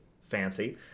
fancy